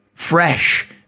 fresh